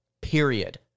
period